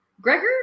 gregor